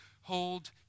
hold